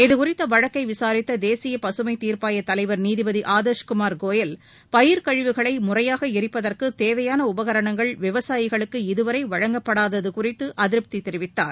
இது குறித்த வழக்கை விசாரித்த தேசிய பசுமை தீர்ப்பாய தலைவர் நீதிபதி ஆதர்ஸ் குமார் கோயல் பயிர் கழிவுகளை முறையாக எரிப்பதற்கு தேவையாள உபகரணங்கள் விவசாயிகளுக்கு இதுவரை வழங்கப்படாதது குறித்து அதிருப்தி தெரிவித்தார்